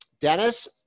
Dennis